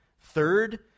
Third